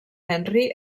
henry